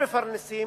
מפרנסים,